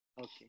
Okay